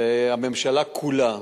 והממשלה כולה